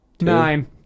Nine